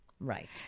Right